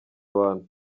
abantu